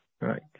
right